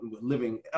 living